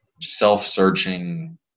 self-searching